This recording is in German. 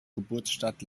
geburtsstadt